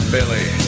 Billy